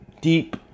deep